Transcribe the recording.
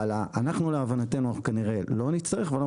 אבל אנחנו להבנתנו כנראה לא נצטרך ואנחנו